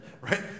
right